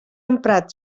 emprat